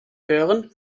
hören